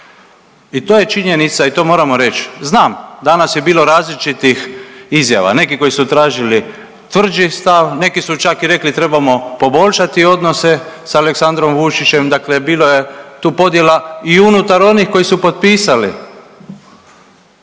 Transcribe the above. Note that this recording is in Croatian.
I to je činjenica i to moramo reći. Znam danas je bilo različitih izjava, neki koji su tražili tvrđi stav, neki su čak i rekli trebamo poboljšati odnose s Aleksandrom Vučićem, dakle bilo je tu podjela i unutar onih koji su potpisali